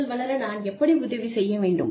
நீங்கள் வளர நான் எப்படி உதவி செய்ய வேண்டும்